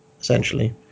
Essentially